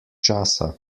časa